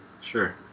Sure